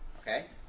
Okay